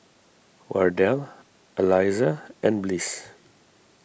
Wardell Aliza and Bliss